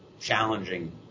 challenging